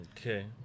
Okay